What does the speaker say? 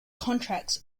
contracts